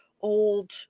old